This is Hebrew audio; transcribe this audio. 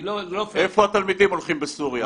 איפה התלמידים הולכים בסוריה?